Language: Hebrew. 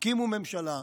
שהקימו ממשלה,